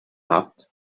habt